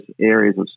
areas